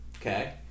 okay